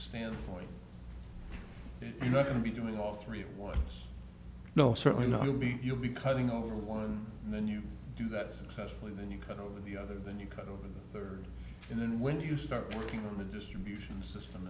standpoint you're not going to be doing all three one no certainly not to be you'll be cutting over one and then you do that successfully then you cut over the other then you cut over there and then when you start working on the distribution system